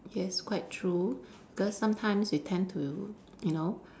yes quite true because sometimes we tend to you know